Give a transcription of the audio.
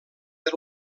del